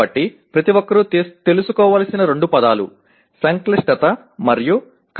కాబట్టి ప్రతి ఒక్కరూ తెలుసుకోవలసిన రెండు పదాలు సంక్లిష్టత మరియు కష్టం